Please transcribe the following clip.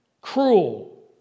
Cruel